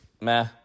meh